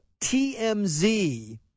TMZ